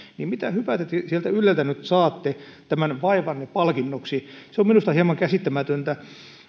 niin mitä hyvää te sieltä yleltä nyt saatte tämän vaivanne palkinnoksi on minusta hieman käsittämätöntä